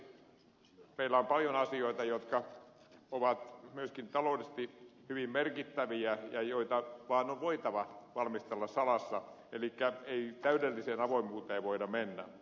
meillä on paljon asioita jotka ovat myöskin taloudellisesti hyvin merkittäviä ja joita vaan on voitava valmistella salassa elikkä ei täydelliseen avoimuuteen voida mennä